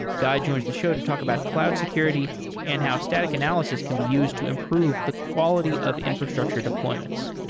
guy joins the show to talk about cloud security and how static analysis can be used to improve the quality of infrastructure deployments.